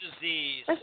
disease